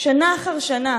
שנה אחר שנה